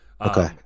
okay